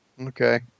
Okay